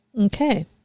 Okay